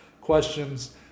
questions